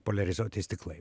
poliarizuoti stiklai